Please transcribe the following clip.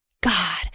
God